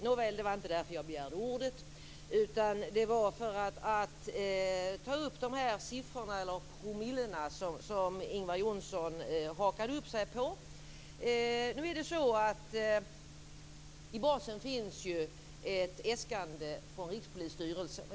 Nåväl, det var inte därför jag begärde ordet, utan det var för att ta upp de siffror eller promillen som I basen finns ett äskande från Rikspolisstyrelsen.